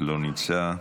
לא נמצא.